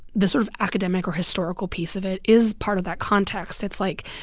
the sort of academic or historical piece of it is part of that context. it's, like,